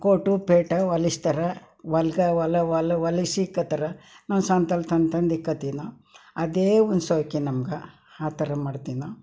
coat ಪೇಟಾ ಹೊಲೆಸ್ತಾರೆ ಹೊಲ್ಗೆ ಹೊಲ ಹೊಲ ಹೊಲೆಸಿ ಇಕ್ಕೊಳ್ತಾರೆ ನಾವು ಸಂತೆಯಲ್ಲಿ ತಂದು ತಂದು ಇಟ್ಕೊಳ್ತೀವಿ ನಾವು ಅದೇ ನಮ್ಗೆ ಆ ಥರ ಮಾಡ್ತೀವಿ ನಾವು